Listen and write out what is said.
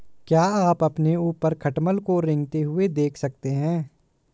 क्या आप अपने ऊपर खटमल को रेंगते हुए देख सकते हैं?